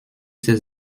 ses